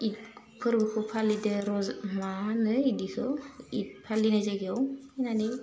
इध फोरबोखौ फालिदो रज मा होनो इदिखौ इध फालिनाय जायगायाव फैनानै